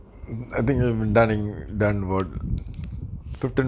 mm